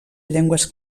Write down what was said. llengües